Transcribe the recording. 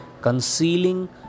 concealing